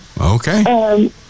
okay